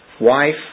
wife